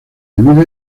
divide